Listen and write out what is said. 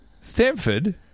Stanford